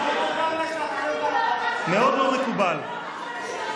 מאוד לא מקובל.